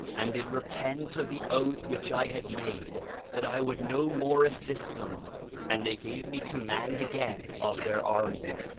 and did repent of the oath which i had made that i would no more assist them and they gave me command again of their armies,